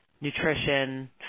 nutrition